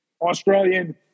Australian